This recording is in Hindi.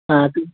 हाँ तो